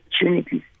opportunities